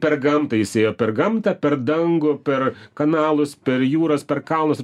per gamtą jis ėjo per gamtą per dangų per kanalus per jūras per kalnus